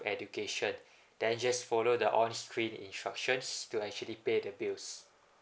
education then just follow the on screen instructions to actually pay the bills